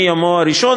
מיומו הראשון,